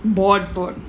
bored bored